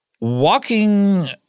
walking